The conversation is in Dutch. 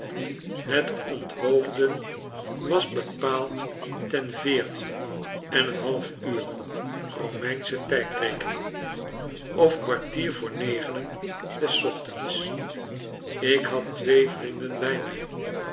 het onthoofden was bepaald ten veertien en een half uur romeinsche tijdrekening of kwartier voor negenen des ochtends ik had twee vrienden bij mij